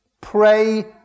Pray